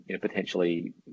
potentially